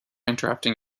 interrupting